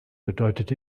bedeutet